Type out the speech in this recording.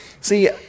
See